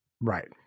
right